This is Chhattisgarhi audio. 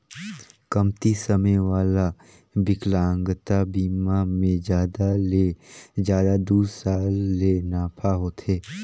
कमती समे वाला बिकलांगता बिमा मे जादा ले जादा दू साल ले नाफा होथे